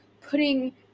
putting